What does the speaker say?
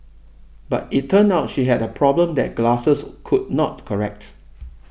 but it turned out she had a problem that glasses could not correct